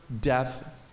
death